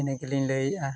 ᱤᱱᱟᱹ ᱜᱮᱞᱤᱧ ᱞᱟᱹᱭᱮᱫᱼᱟ